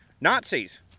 Nazis